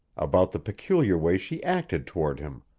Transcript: about the peculiar way she acted toward him,